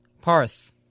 Parth